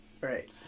Right